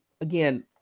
again